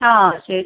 ആ ശരി